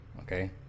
Okay